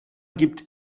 gibt